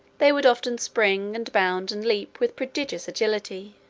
they would often spring, and bound, and leap, with prodigious agility.